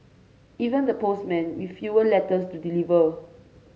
even the postmen with fewer letters to deliver